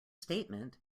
statement